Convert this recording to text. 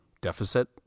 Deficit